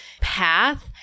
path